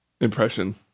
impression